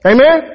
Amen